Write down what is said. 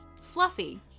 fluffy